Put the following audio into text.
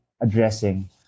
addressing